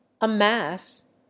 amass